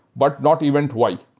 but not event y.